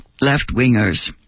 left-wingers